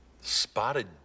spotted